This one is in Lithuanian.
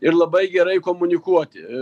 ir labai gerai komunikuoti